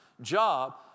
job